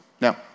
Now